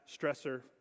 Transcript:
stressor